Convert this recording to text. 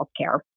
healthcare